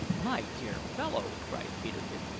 my dear fellow, cried peterkin,